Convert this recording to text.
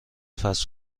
فست